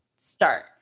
start